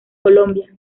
colombia